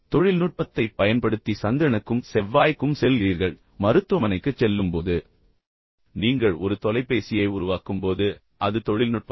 எனவே நீங்கள் தொழில்நுட்பத்தைப் பயன்படுத்தி சந்திரனுக்கும் செவ்வாய்க்கும் செல்கிறீர்கள் நீங்கள் மருத்துவமனைக்குச் செல்லும்போது அது தொழில்நுட்பம் நீங்கள் ஒரு தொலைபேசியை உருவாக்கும்போது அது தொழில்நுட்பம்